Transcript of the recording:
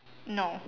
no